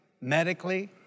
medically